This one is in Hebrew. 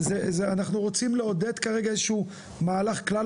אנחנו רוצים לעודד כרגע איזשהו מהלך כלל